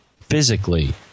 physically